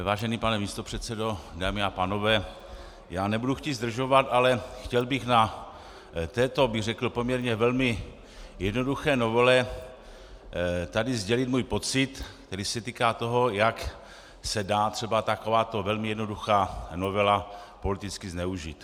Vážený pane místopředsedo, dámy a pánové, já nebudu chtít zdržovat, ale chtěl bych na této, bych řekl, velmi jednoduché novele tady sdělit svůj pocit, který se týká toho, jak se dá třeba takováto velmi jednoduchá novela politicky zneužít.